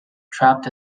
trapped